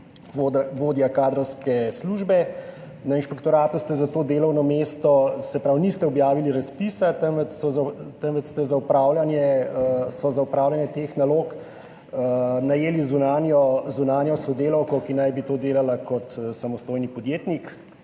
vodja kadrovske službe na inšpektoratu. Za to delovno mesto niste objavili razpisa, temveč so za opravljanje teh nalog najeli zunanjo sodelavko, ki naj bi to delala kot samostojni podjetnik.